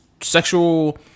sexual